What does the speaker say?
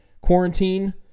quarantine